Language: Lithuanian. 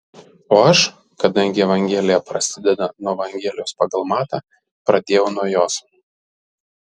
o aš kadangi evangelija prasideda nuo evangelijos pagal matą pradėjau nuo jos